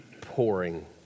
pouring